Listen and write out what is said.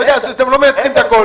אתה יודע שאתם לא מנצלים את הכול.